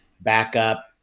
backup